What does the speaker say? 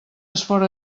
esforç